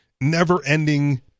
never-ending